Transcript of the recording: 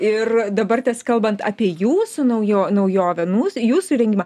ir dabartės kalbant apie jūsų naujo naujovė nūs jūsų įrengimą